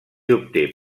obté